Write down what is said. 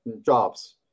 jobs